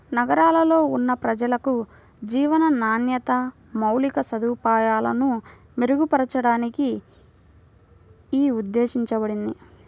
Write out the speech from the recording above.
నగరాల్లో ఉన్న ప్రజలకు జీవన నాణ్యత, మౌలిక సదుపాయాలను మెరుగుపరచడానికి యీ ఉద్దేశించబడింది